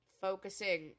focusing